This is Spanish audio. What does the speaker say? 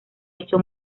hecho